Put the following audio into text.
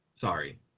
Sorry